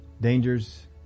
dangers